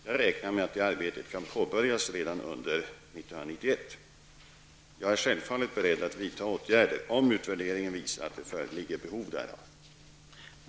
Jag räknar med att det arbetet kan påbörjas redan under år 1991. Jag är självfallet beredd att vidta åtgärder om utvärderingen visar att det föreligger behov därav.